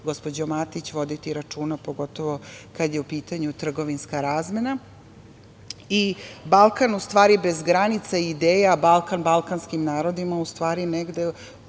gospođo Matić, voditi računa, pogotovo kada je u pitanju trgovinska razmena. Balkan u stvari bez granica, ideja Balkan balkanskim narodima u stvari negde